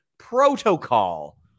Protocol